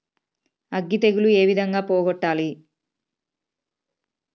అగ్గి తెగులు ఏ విధంగా పోగొట్టాలి?